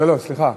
לא לא, סליחה,